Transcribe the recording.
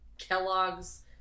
Kellogg's